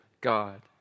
God